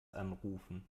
anrufen